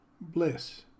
bliss